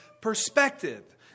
perspective